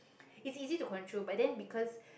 it's easy to control but then because